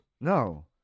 No